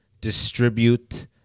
distribute